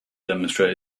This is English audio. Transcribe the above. demonstrate